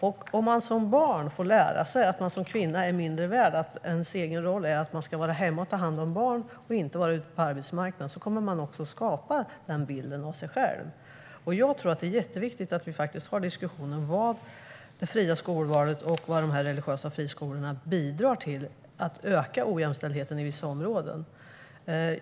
Om man som barn får lära sig att man som kvinna är mindre värd och att ens egen roll är att man ska vara hemma och ta hand om barn och inte vara ute på arbetsmarknaden kommer man också att skapa den bilden av sig själv. Jag tror att det är jätteviktigt att vi faktiskt har diskussioner om det fria skolvalet och om vad dessa religiösa friskolor bidrar till när det gäller att öka ojämställdheten i vissa områden.